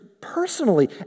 personally